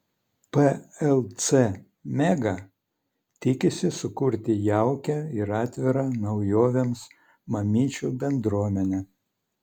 plc mega tikisi sukurti jaukią ir atvirą naujovėms mamyčių bendruomenę